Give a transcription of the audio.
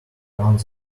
around